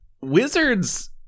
Wizards